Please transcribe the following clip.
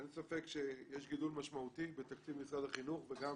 אין ספק שיש גידול משמעותי בתקציב משרד החינוך וגם